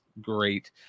great